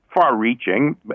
far-reaching